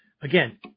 again